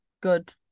good